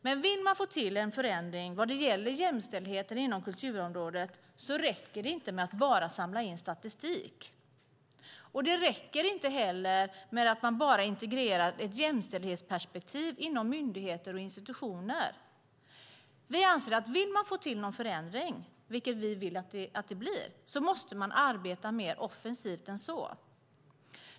Men vill man få till en förändring vad det gäller jämställdheten inom kulturområdet räcker det inte med att bara samla in statistik. Det räcker inte heller med att bara integrera ett jämställdhetsperspektiv inom myndigheter och institutioner. Vill man få till någon förändring, vilket vi vill, måste man arbeta mer offensivt än så.